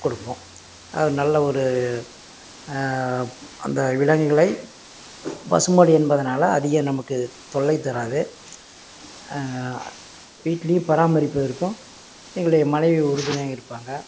கொடுப்போம் நல்ல ஒரு அந்த விலங்குகளை பசு மாடு என்பதுனால் அதிக நமக்கு தொல்லை தராது வீட்லேயும் பராமரிப்பு இருக்கும் எங்களுடைய மனைவி உறுதுணையாக இருப்பாங்க